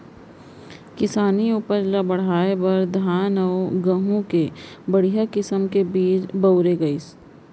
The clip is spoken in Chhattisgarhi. किसानी उपज ल बढ़ाए बर धान अउ गहूँ के बड़िहा किसम के बीज बउरे गइस